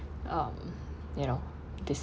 um you know this